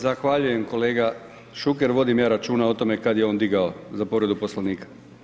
Zahvaljujem kolega Šuker, vodim ja računa o tome kad je on digao za povredu Poslovnika.